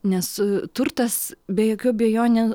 nes turtas be jokių abejonių